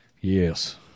yes